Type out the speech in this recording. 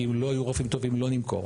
כי אם לא יהיו רופאים טובים לא נמכור.